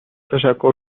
تشکر